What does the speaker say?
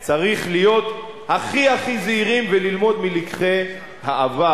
שבו צריך להיות הכי-הכי זהירים וללמוד מלקחי העבר,